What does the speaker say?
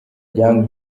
young